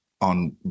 on